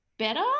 better